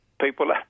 people